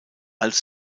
als